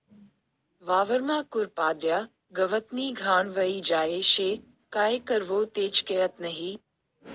वावरमा कुरपाड्या, गवतनी घाण व्हयी जायेल शे, काय करवो तेच कयत नही?